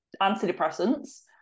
antidepressants